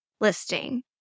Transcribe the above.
listing